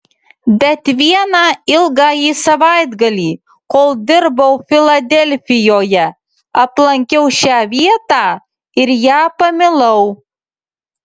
bet vieną ilgąjį savaitgalį kol dirbau filadelfijoje aplankiau šią vietą ir ją pamilau